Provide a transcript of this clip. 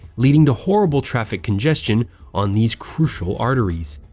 leading to horrible traffic congestion on these crucial arteries.